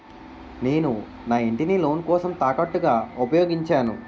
నేను నా ఇంటిని లోన్ కోసం తాకట్టుగా ఉపయోగించాను